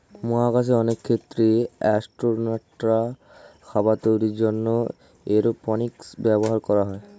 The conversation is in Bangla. মহাকাশে অনেক ক্ষেত্রে অ্যাসট্রোনটরা খাবার তৈরির জন্যে এরওপনিক্স ব্যবহার করে